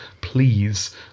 Please